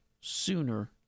sooner